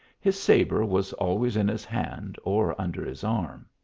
his sabre was always in his hand, or under his arm.